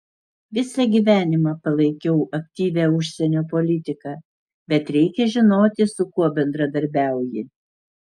visą gyvenimą palaikiau aktyvią užsienio politiką bet reikia žinoti su kuo bendradarbiauji